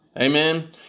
Amen